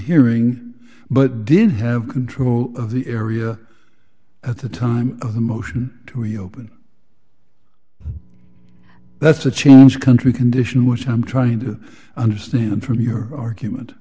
hearing but did have control of the area at the time of the motion to reopen that's a change country condition which i'm trying to understand from your argument